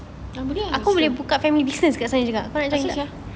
asal sia